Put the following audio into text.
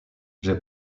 j’ai